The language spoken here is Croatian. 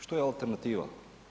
Što je alternativa?